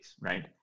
right